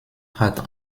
hat